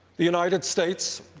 the united states,